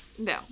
No